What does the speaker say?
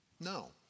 No